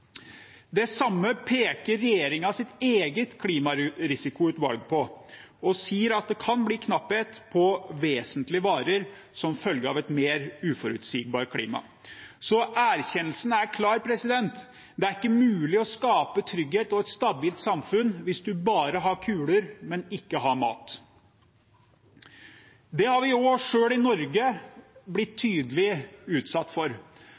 Det samme peker regjeringens eget klimarisikoutvalg på og sier at det kan bli knapphet på vesentlige varer som følge av et mer uforutsigbart klima. Så erkjennelsen er klar: Det er ikke mulig å skape trygghet og et stabilt samfunn hvis man bare har kuler, men ikke har mat. Det har også vi i Norge blitt tydelig utsatt for.